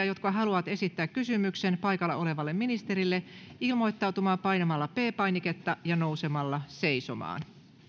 jotka haluavat esittää kysymyksen paikalla olevalle ministerille ilmoittautumaan painamalla p painiketta ja nousemalla seisomaan